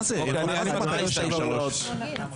זה לא דורש תיקון תקנון?